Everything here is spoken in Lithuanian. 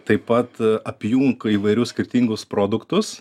taip pat apjungti įvairių skirtingus produktus